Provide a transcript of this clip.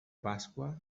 pasqua